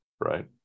right